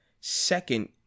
second